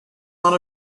not